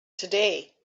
today